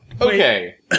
Okay